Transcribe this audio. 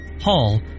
Hall